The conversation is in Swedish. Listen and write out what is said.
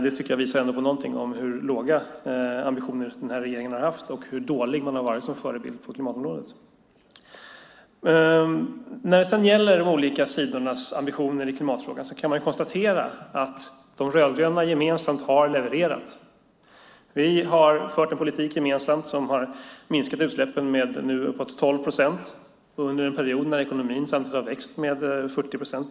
Det tycker jag ändå visar hur låga ambitioner som den här regeringen har haft och hur dålig som man har varit som förebild på klimatområdet. När det gäller de olika sidornas ambitioner i klimatfrågan kan man konstatera att de rödgröna gemensamt har levererat. Vi har fört en politik gemensamt som har minskat utsläppen med uppåt 12 procent under en period då ekonomin samtidigt har växt med ungefär 40 procent.